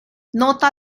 nota